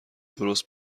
درست